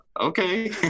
okay